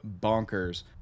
bonkers